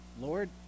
lord